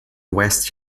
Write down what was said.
west